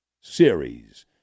Series